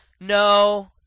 No